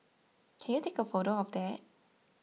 can you take a photo of that